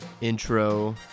intro